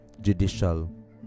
judicial